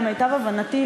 למיטב הבנתי,